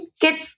get